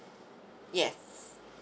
yes